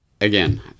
Again